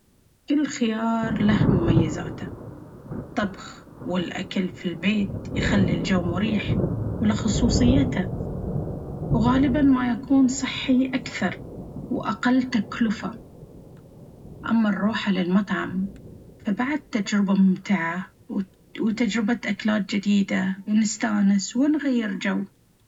كل خيار له مميزاته! الطبخ والاكل في البيت يخلي الجو مريح وله خصوصيتة، وغالبًا ما يكون صحي أكثر وأقل تكلفة. أما الروحة للمطعم، فبعد تجربة ممتعة وتجربة أكلات جديدة ونستانس ونغير جو.